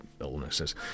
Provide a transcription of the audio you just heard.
illnesses